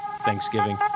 Thanksgiving